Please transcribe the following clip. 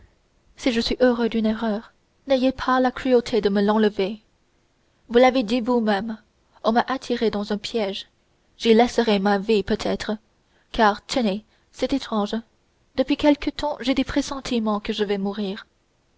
si je suis heureux d'une erreur n'ayez pas la cruauté de me l'enlever vous l'avez dit vous-même on m'a attiré dans un piège j'y laisserai ma vie peut-être car tenez c'est étrange depuis quelque temps j'ai des pressentiments que je vais mourir